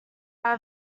are